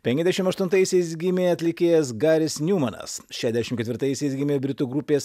penkiasdešimt aštuntaisiais gimė atlikėjas garis niumanas šešiasdešimt ketvirtaisiais gimė britų grupės